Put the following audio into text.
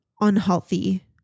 unhealthy